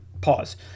pause